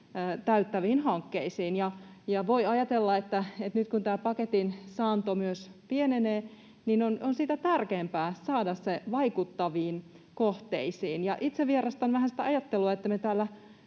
täyttäviin hankkeisiin. Voi ajatella, että nyt kun tämän paketin saanto myös pienenee, niin on sitä tärkeämpää saada se vaikuttaviin kohteisiin. Itse vierastan vähän sitä ajattelua, että me täällä